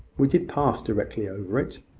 we did pass directly over it.